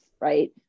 right